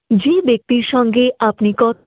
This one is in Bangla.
যে ব্যক্তির সঙ্গে আপনি কথা